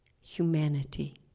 humanity